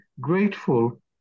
grateful